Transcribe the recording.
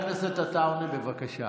חבר הכנסת עטאונה, בבקשה.